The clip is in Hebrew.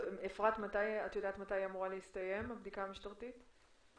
מתי אמורה להסתיים הבדיקה המשטרתית?